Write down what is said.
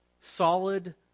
solid